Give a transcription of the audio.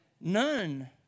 none